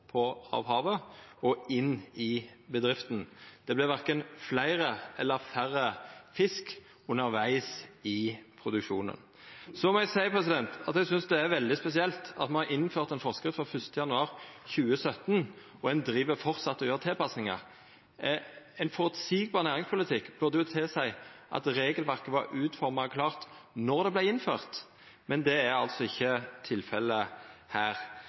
av havet og inn i bedrifta. Det vert verken fleire eller færre fisk undervegs i produksjonen. Så må eg seia at eg synest det er veldig spesielt at me har innført ei forskrift frå 1. januar 2017 og framleis gjer tilpassingar. Ein føreseieleg næringspolitikk burde tilseia at regelverket var utforma klart då det vart innført, men det er altså ikkje tilfellet her.